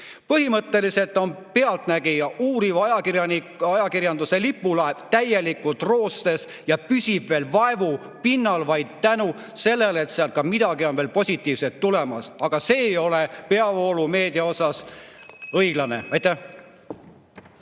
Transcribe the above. Põhimõtteliselt on "Pealtnägija", uuriva ajakirjanduse lipulaev, täielikult roostes ja püsib veel vaevu pinnal vaid tänu sellele, et sealt on ka midagi positiivset veel tulemas. Aga see ei ole peavoolumeedia osas õiglane. Aitäh!